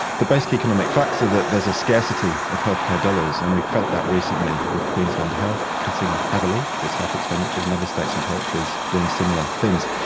the basic economic facts are that there is a scarcity of healthcare dollars, and we felt that recently with queensland health cutting heavily its health expenditures, and other states and territories doing similar things.